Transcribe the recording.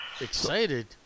Excited